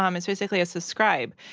um it's basically a subscribe.